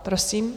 Prosím.